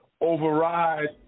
override